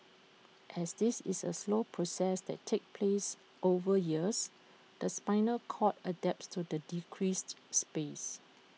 as this is A slow process that takes place over years the spinal cord adapts to the decreased space